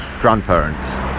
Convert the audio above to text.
grandparents